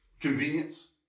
Convenience